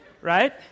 right